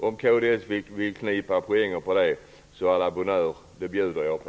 Om kds vill knipa poäng i detta sammanhang så à la bonne heure - det bjuder jag på.